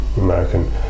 American